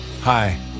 Hi